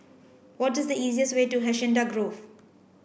what is the easiest way to Hacienda Grove